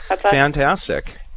fantastic